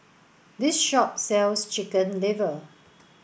this shop sells chicken liver